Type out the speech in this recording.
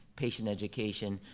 patient education,